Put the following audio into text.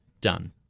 done